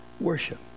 worship